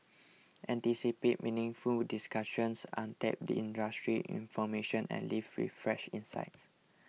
anticipate meaningful discussions untapped industry information and leave with fresh insights